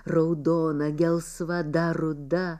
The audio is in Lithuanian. raudona gelsva dar ruda